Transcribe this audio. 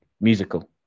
musical